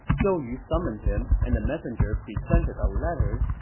zhou yu summoned him, and the messenger presented a letter.